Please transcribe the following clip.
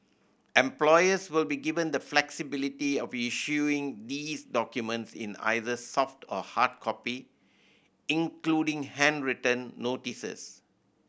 employers will be given the flexibility of issuing these documents in either soft or hard copy including handwritten notices